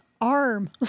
arm